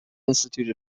institute